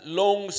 long